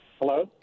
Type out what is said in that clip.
Hello